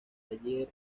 taller